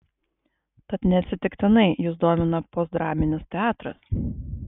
tad neatsitiktinai jus domina postdraminis teatras